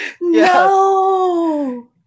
No